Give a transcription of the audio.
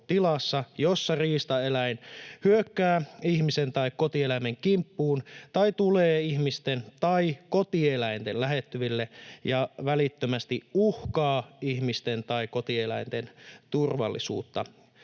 jossa riistaeläin hyökkää ihmisen tai kotieläimen kimppuun tai tulee ihmisten tai kotieläinten lähettyville ja välittömästi uhkaa ihmisten tai kotieläinten turvallisuutta.